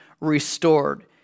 restored